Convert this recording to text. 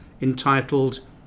entitled